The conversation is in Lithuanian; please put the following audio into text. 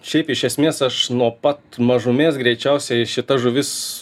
šiaip iš esmės aš nuo pat mažumės greičiausiai šita žuvis